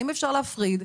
האם אפשר להפריד,